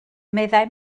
meddai